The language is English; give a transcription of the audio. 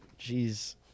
Jeez